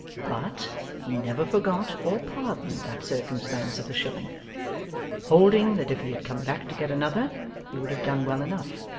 but he never forgot or pardoned that circumstance of the shilling holding that if he had come back to get another he would have done well enough,